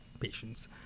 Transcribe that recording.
patients